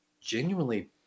genuinely